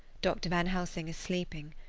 dr. van helsing is sleeping,